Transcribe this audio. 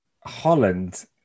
Holland